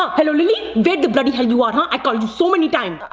um hello lilly, where the bloody hell you are? i call you so many time.